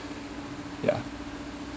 yeah